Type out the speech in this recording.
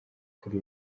kuri